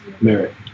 Merit